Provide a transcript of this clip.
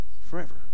forever